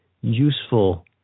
useful